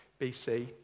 BC